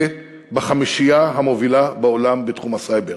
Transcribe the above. בחמישייה המובילה בעולם בתחום הסייבר.